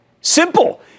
Simple